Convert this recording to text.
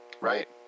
Right